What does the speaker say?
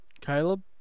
Caleb